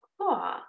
cool